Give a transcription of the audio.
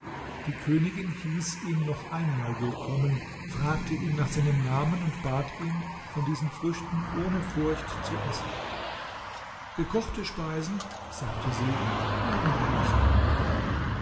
die königin hieß ihn noch einmal willkommen fragte ihn nach seinem namen und bat ihn von diesen früchten ohne furcht zu essen gekochte speisen sagte sie haben wir nicht